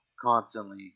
constantly